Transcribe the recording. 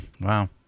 wow